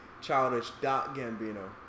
Childish.Gambino